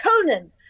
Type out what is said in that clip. Conan